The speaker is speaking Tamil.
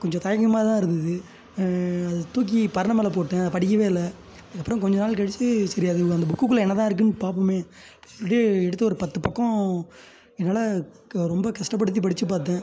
கொஞ்சம் தயக்கமாக தான் இருந்தது அதை தூக்கி பரண் மேலே போட்டேன் படிக்கவே இல்லை அதுக்கப்புறம் கொஞ்சம் நாள் கழித்து சரி அது அந்த புக்குக்குள்ளே என்னதான் இருக்குதுன்னு பார்ப்போமே அப்படின்னு சொல்லிட்டு எடுத்து ஒரு பத்து பக்கம் என்னால் ரொம்ப கஷ்டப்படுத்தி படித்துப் பார்த்தேன்